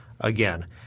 again